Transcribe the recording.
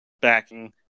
backing